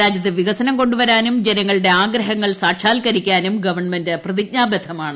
രാജ്യത്ത് വികസനം കൊണ്ടുവരാനും ജനങ്ങ ളുടെ ആഗ്രഹങ്ങൾ സാക്ഷാത്ക രിക്കാനും ഗവൺമെന്റ് പ്രതിജ്ഞാബദ്ധമാണ്